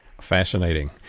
Fascinating